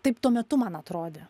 taip tuo metu man atrodė